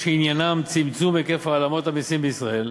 שעניינם צמצום היקף העלמות המסים בישראל,